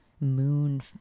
moon